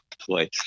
place